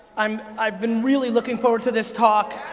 um i've been really looking forward to this talk.